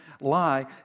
lie